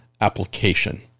application